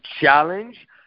challenge